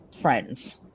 friends